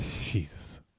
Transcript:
Jesus